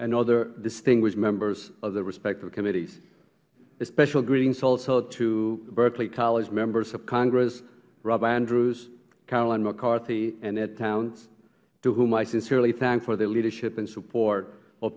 and other distinguished members of the respective committees a special greeting also to berkeley college members of congress rob andrews caroline mccarthy and ed towns to whom i sincerely thank for their leadership and support for